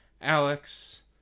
Alex